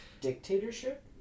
Dictatorship